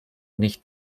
nicht